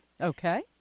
Okay